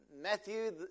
Matthew